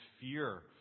fear